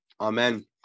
Amen